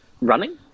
running